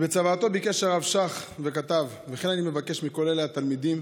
בצוואתו ביקש הרב שך וכתב: "וכן אני מבקש מכל אלה התלמידים